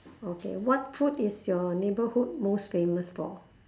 okay what food is your neighborhood most famous for